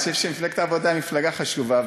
אני חושב שמפלגת העבודה היא מפלגה חשובה,